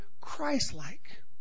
Christ-like